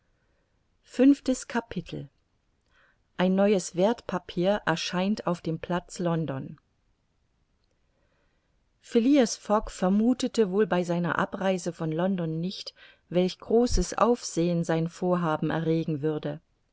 fünftes capitel ein neues werthpapier erscheint auf dem platz london phileas fogg vermuthete wohl bei seiner abreise von london nicht welch großes aufsehen sein vorhaben erregen würde